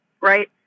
right